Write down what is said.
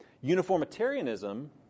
Uniformitarianism